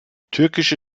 türkische